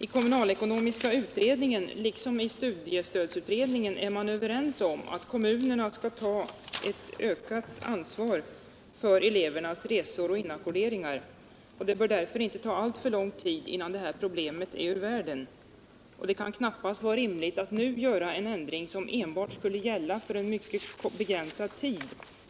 I kommunalekonomiska utredningen liksom i studiestödsutredningen är man överens om att kommunerna skall ta ett ökat ansvar för elevernas resor och inackorderingar. Det bör därför inte ta alltför lång tid innan detta problem är ur världen. Det kan knappast vara rimligt att nu göra en ändring som enbart skulle gälla för en begränsad tid